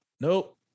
Nope